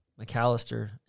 McAllister